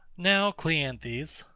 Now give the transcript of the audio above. now, cleanthes,